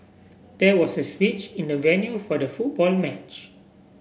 there was a switch in the venue for the football match